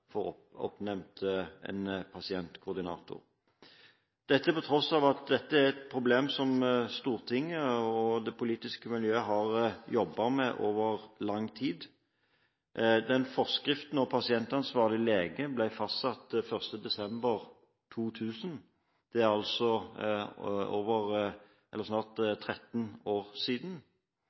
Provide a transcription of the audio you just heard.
pasientkoordinator. Dette skjer på tross av at Stortinget og det politiske miljøet har jobbet med dette problemet over lang tid. Forskriften om pasientansvarlig lege ble fastsatt 1. desember 2000. Det er altså snart 13 år siden.